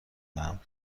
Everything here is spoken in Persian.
دهم